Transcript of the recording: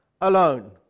alone